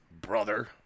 Brother